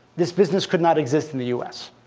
this business could not exist in the us.